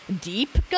deep